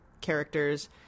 characters